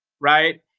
right